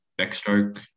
backstroke